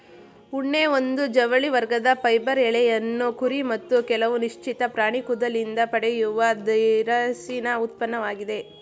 ಉಣ್ಣೆ ಒಂದು ಜವಳಿ ವರ್ಗದ ಫೈಬರ್ ಎಳೆಯನ್ನು ಕುರಿ ಮತ್ತು ಕೆಲವು ನಿಶ್ಚಿತ ಪ್ರಾಣಿ ಕೂದಲಿಂದ ಪಡೆಯುವ ದಿರಸಿನ ಉತ್ಪನ್ನವಾಗಿದೆ